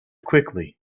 quickly